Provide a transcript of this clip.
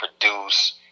Produce